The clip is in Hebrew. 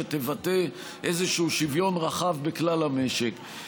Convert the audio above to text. שתבטא איזשהו שוויון רחב בכלל המשק.